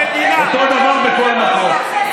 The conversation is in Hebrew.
בכל דבר ובכל מקום.